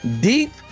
deep